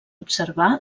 observar